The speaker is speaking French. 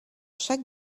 chaque